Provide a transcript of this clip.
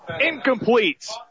incomplete